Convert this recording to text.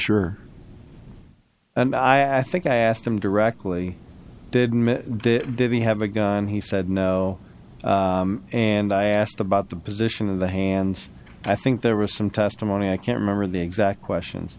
sure and i think i asked him directly did he have a gun he said no and i asked about the position of the hands i think there was some testimony i can't remember the exact questions